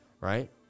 right